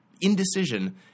indecision